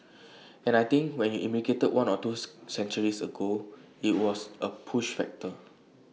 and I think when you emigrated one or twos centuries ago IT was A push factor